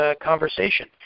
conversation